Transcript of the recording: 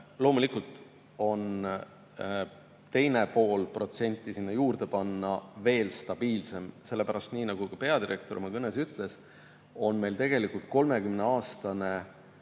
Loomulikult on teine pool protsenti sinna juurde panna veel stabiilsem. Nii nagu ka peadirektor oma kõnes ütles, on meil tegelikult 30-aastane